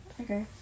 Okay